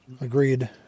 Agreed